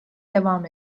devam